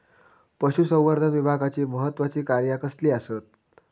पशुसंवर्धन विभागाची महत्त्वाची कार्या कसली आसत?